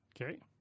Okay